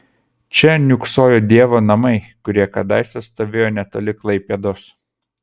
čia niūksojo dievo namai kurie kadaise stovėjo netoli klaipėdos